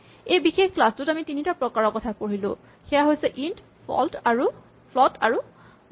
এই বিশেষ ক্লাচ টোত আমি তিনিটা প্ৰকাৰৰ কথা পঢ়িলো সেয়া হৈছে ইন্ট ফ্লট আৰু বুল